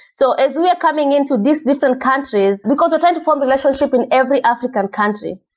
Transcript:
so as we're coming into these different countries, because we're trying to form relationship in every african country.